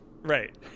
Right